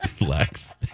Lex